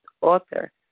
author